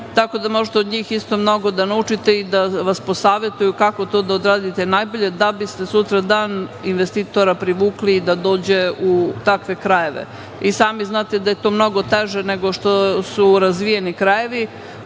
Tako da možete od njih isto mnogo da naučite i da vas posavetuju kako to da odradite najbolje da biste sutradan investitora privukli da dođe u takve krajeve. Sami znate da je to mnogo teže nego što su razvijeni krajevi,